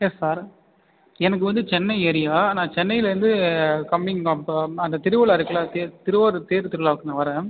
S sir எனக்கு வந்து Chennai area நான் சென்னைலேருந்து கம்மிங் இப்போ அந்த திருவிழா இருக்கில்ல தேர் திருவாரூர் தேர் திருவிழாவுக்கு நான் வரேன்